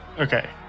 Okay